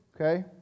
okay